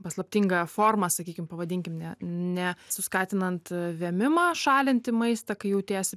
paslaptinga forma sakykim pavadinkim ne ne suskatinant vėmimą šalinti maistą kai jautiesi